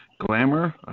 Glamour